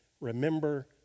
remember